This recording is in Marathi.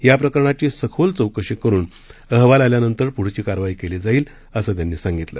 याप्रकरणाची सखोल चौकशी करुन अहवाल आल्यानंतर पुढची कारवाई केली जाईल असं त्यांनी सांगितलं